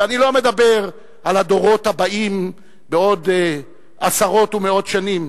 ואני לא מדבר על הדורות הבאים בעוד עשרות ומאות שנים,